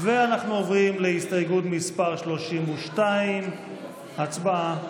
ואנחנו עוברים להסתייגות מס' 32. הצבעה.